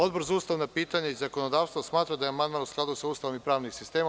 Odbor za ustavna pitanja i zakonodavstvo smatra da je amandman u skladu sa Ustavom i pravnim sistemom.